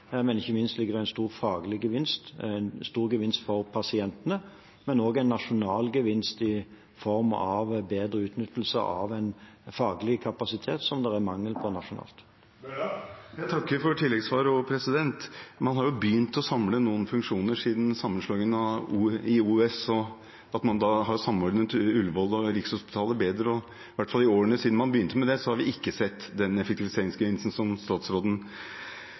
Ikke minst foreligger det en stor faglig gevinst, en stor gevinst for pasientene og også en nasjonal gevinst i form av bedre utnyttelse av en faglig kapasitet som det er mangel på nasjonalt. Jeg takker også for tilleggssvaret. Man har jo begynt å samle noen funksjoner etter sammenslåingen i OUS, og man har samordnet Ullevål og Rikshospitalet bedre. I hvert fall i årene siden man begynte med det, har man ikke sett den effektiviseringsgevinsten som statsråden